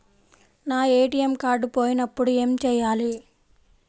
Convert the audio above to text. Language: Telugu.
నా ఏ.టీ.ఎం కార్డ్ పోయినప్పుడు ఏమి చేయాలి?